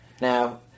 Now